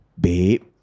babe